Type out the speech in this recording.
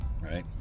right